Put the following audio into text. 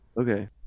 Okay